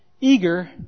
eager